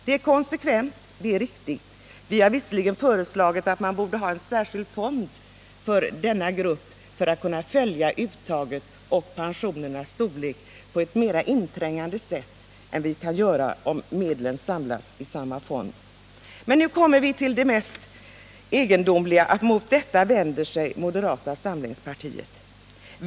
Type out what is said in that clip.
Det är konsekvent. Vi har visserligen föreslagit att man borde ha en särskild fond för denna grupp för att kunna följa uttagen och pensionernas storlek på ett mer inträngande sätt än man kan göra om medlen samlas i samma fond. Men nu kommer vi till det mest egendomliga: mot detta vänder sig moderata samlingspartiet.